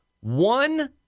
one